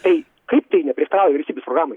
tai kaip tai neprieštarauja vyriausybės programai